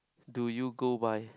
do you go buy